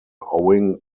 owing